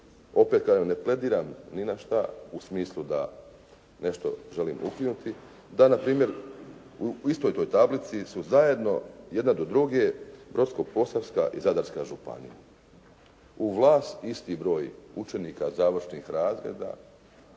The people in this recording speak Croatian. Opet kažem, ne aplediram ni na što u smislu da nešto želim ukinuti, da na primjer u istoj toj tablici su zajedno jedna do druge Brodsko-posavska i Zadarska županija. U vlas isti broj učenika završnih razreda,